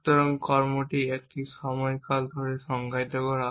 সুতরাং কর্মটি একটি সময়কাল ধরে সংজ্ঞায়িত করা হয়